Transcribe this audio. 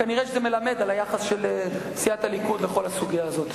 זה כנראה מלמד על היחס של סיעת הליכוד לכל הסוגיה הזאת.